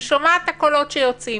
אני שומעת את הקולות שיוצאים,